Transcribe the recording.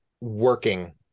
working